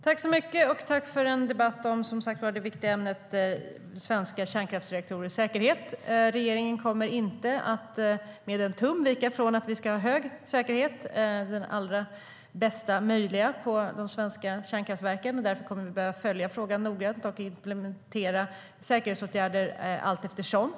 Herr talman! Tack för en debatt om det viktiga ämnet kärnkraftreaktorers säkerhet! Regeringen kommer inte att med en tum vika från att vi ska ha en hög säkerhet, den allra bästa möjliga, på de svenska kärnkraftverken. Därför kommer vi behöva följa frågan noggrant och implementera säkerhetsåtgärder allteftersom.